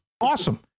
awesome